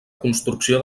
construcció